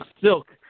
silk